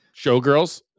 Showgirls